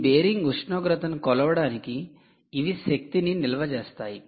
ఈ బేరింగ్ ఉష్ణోగ్రతను కొలవడానికి ఇవి శక్తినినిల్వ చేస్తాయి